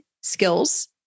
skills